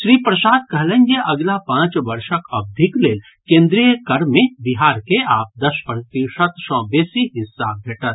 श्री प्रसाद कहलनि जे अगिला पांच वर्षक अवधिक लेल केन्द्रीय कर मे बिहार के आब दस प्रतिशत सँ बेसी हिस्सा भेटत